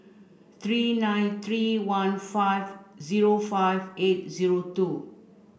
three nine three one five zero five eight zero two